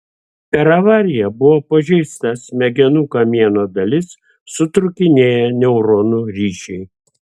per avariją buvo pažeista smegenų kamieno dalis sutrūkinėję neuronų ryšiai